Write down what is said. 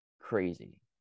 crazy